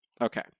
okay